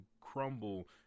crumble